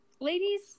ladies